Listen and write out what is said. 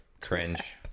cringe